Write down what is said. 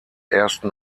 ersten